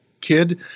kid